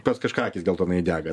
pas kažką akys geltonai dega